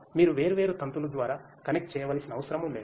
మీరు వేర్వేరు తంతులు ద్వారా కనెక్ట్ చేయవలసిన అవసరం లేదు